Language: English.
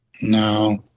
No